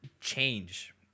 change